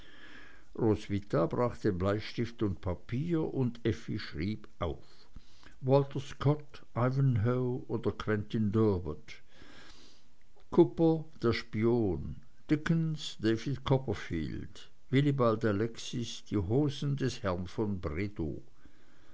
roswitha brachte bleistift und papier und effi schrieb auf walter scott ivanhoe oder quentin durward cooper der spion dickens david copperfield willibald alexis die hosen des herrn von